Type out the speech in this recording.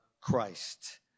Christ